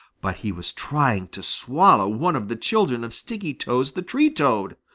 but he was trying to swallow one of the children of stickytoes the tree toad.